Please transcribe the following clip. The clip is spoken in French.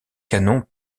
canons